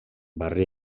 barri